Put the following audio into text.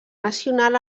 nacional